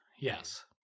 Yes